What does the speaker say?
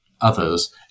others